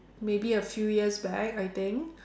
maybe a few years back I think